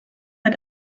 hat